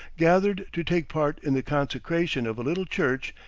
gathered to take part in the consecration of a little church,